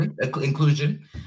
inclusion